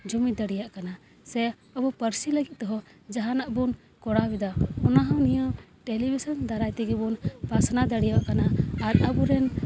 ᱡᱩᱢᱤᱫ ᱫᱟᱲᱮᱭᱟᱜ ᱠᱟᱱᱟ ᱥᱮ ᱟᱵᱚ ᱯᱟᱹᱨᱥᱤ ᱞᱟᱹᱜᱤᱫ ᱛᱮᱦᱚᱸ ᱡᱟᱦᱟᱱᱟᱜ ᱵᱚᱱ ᱠᱚᱨᱟᱣ ᱮᱫᱟ ᱚᱱᱟ ᱦᱚᱸ ᱱᱤᱭᱟᱹ ᱴᱮᱞᱤᱵᱷᱤᱥᱚᱱ ᱫᱟᱨᱟᱭ ᱛᱮᱜᱮ ᱵᱚᱱ ᱯᱟᱥᱱᱟᱣ ᱫᱟᱲᱮᱭᱟᱜ ᱠᱟᱱᱟ ᱟᱨ ᱟᱵᱚ ᱨᱮᱱ